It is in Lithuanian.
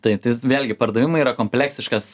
tai vėlgi pardavimai yra kompleksiškas